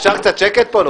אפשר קצת שקט פה?